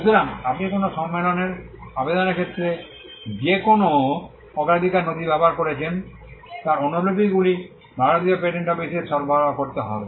সুতরাং আপনি কোনও সম্মেলনের আবেদনের ক্ষেত্রে যে কোনও অগ্রাধিকার নথি ব্যবহার করেছেন তার অনুলিপিগুলি ভারতীয় পেটেন্ট অফিসে সরবরাহ করতে হবে